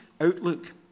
outlook